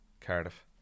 Cardiff